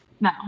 No